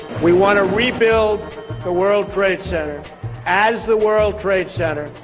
we want to rebuild the world trade center as the world trade center,